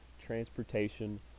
Transportation